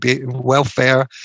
welfare